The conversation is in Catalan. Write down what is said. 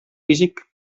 físic